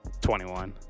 21